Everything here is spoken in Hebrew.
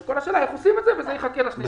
כל השאלה איך עושים את זה וזה יחכה לקריאה שנייה.